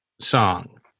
song